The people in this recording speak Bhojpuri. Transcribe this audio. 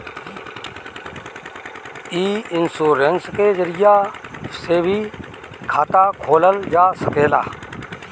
इ इन्शोरेंश के जरिया से भी खाता खोलल जा सकेला